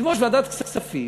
יושב-ראש ועדת הכספים